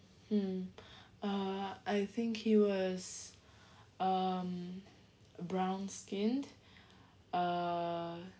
mm uh I think he was um brown skinned uh